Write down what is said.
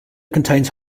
contains